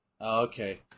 okay